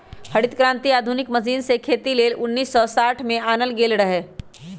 हरित क्रांति आधुनिक मशीन से खेती लेल उन्नीस सौ साठ में आनल गेल रहै